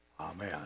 Amen